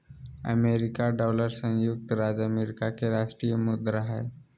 America dollar संयुक्त राज्य America के राष्ट्रीय मुद्रा हइ